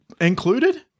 included